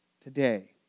today